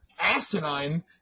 asinine